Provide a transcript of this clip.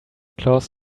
claus